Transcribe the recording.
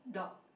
dog